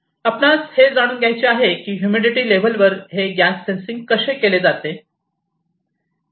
आपणास हे जाणून घ्यायचे आहे की ह्युमिडिटी लेवल वर हे गॅस सेन्सिंग कसे केले जाते